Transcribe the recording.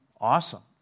Awesome